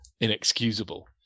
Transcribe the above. inexcusable